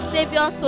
Savior